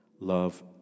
Love